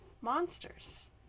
Monsters